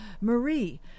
Marie